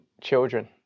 children